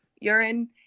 urine